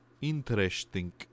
interesting